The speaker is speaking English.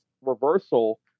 reversal